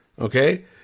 okay